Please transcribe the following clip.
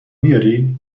بیاری